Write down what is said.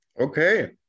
Okay